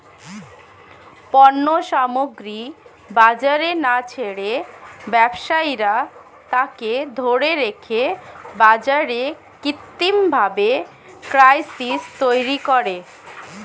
পণ্য সামগ্রী বাজারে না ছেড়ে ব্যবসায়ীরা তাকে ধরে রেখে বাজারে কৃত্রিমভাবে ক্রাইসিস তৈরী করে